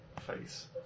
face